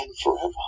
forever